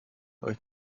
euch